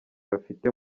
bafite